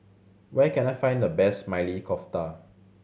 where can I find the best Maili Kofta